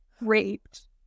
raped